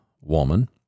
woman